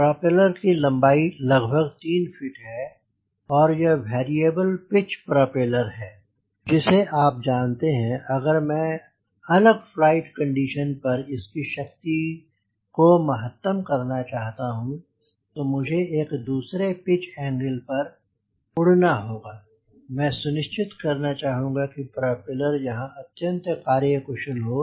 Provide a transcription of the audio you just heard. propeller की लम्बाई लगभग 3 फ़ीट है और कि यह वेरिएबल पिच प्रोपेलर है जिसे आप जानते हैं कि अगर मैं अलग फ्लाइट कंडीशन पर इसकी शक्ति को महत्तम करना चाहता हूँ तो मुझे एक दूसरे पिच एंगल पर उड़ना होगा मैं सुनिश्चित करना चाहता हुं कि प्रोपेलर यहाँ अत्यंत कार्य कुशल हो